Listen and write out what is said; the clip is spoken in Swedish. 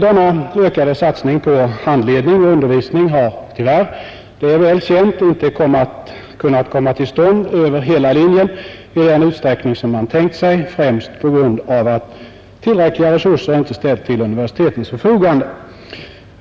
Denna ökade satsning på handledning och undervisning har tyvärr — det är väl känt — inte kunnat komma till stånd över hela linjen i den utsträckning som man tänkt sig, främst på grund av att tillräckliga resurser inte ställts till universitetens förfogande.